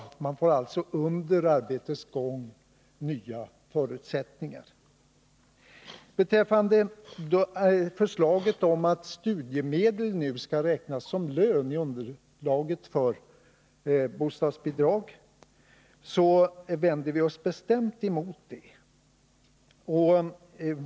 Man får alltså under arbetets gång nya förutsättningar. Förslag om att studiemedel nu skall räknas som lön i underlaget för bostadsbidrag vänder vi oss bestämt emot.